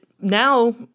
now